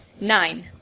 Nine